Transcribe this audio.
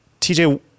TJ